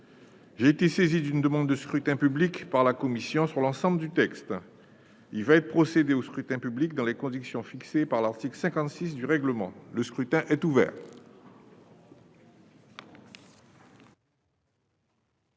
J'ai été saisi d'une demande de scrutin public émanant de la commission des affaires économiques. Il va être procédé au scrutin dans les conditions fixées par l'article 56 du règlement. Le scrutin est ouvert.